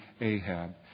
Ahab